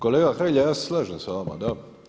Kolega Hrelja ja se slažem s vama, da.